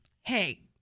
hey